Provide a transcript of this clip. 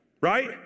right